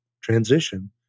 transition